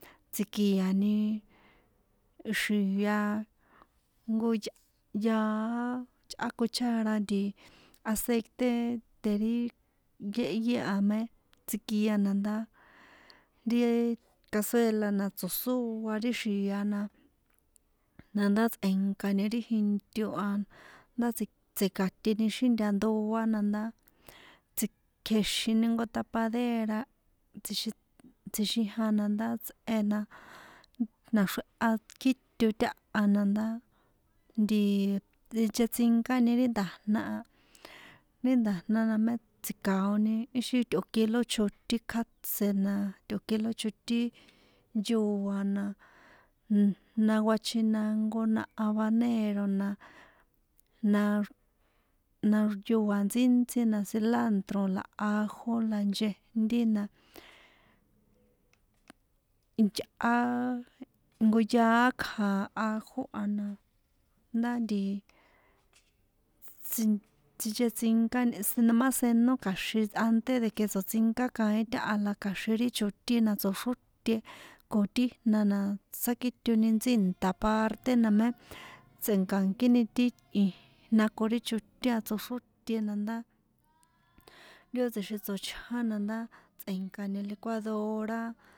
Tsi̱kia̱ni xia jnko yꞌa yaá yꞌá cuchara aceite de ri yéhyé a mé tsikia na ndá ri cazuela na tso̱sóa ri xia na na ndá tsꞌe̱nkani ri jinto a ndá tsi tsika̱nteni xíjnta ndoa na ndá tsi kjéxini jnko tapadera tsjixin tsjixijan na ndá tsꞌe naxreha kjíto táha na ndá nti tsinchetsinkani ri nda̱jna a ri nda̱jna na mé tsji̱kaoni ixi tꞌo̱ kilo chotín kjátse na tꞌo̱ kilo chotín yóa na nn jna guachinago na abanero na na nayoa ntsíntsí na cilantro na ajo na nchejnti na, iyꞌá jnko yaá kja ajo a na ndá nti tsin tsinchetsinkani no má seno kja̱xin ante de que tsoṭsinka kaín taha la kja̱xin ri chontín na tsoxróte ko ti jna na tsákitoni ntsi nta parte na mé tse̱nkankíni ti ijna ko ri chootín a tsoxróte na ndá ri ó tsjixin tsochján na ndá tse̱nkani ri licuadora.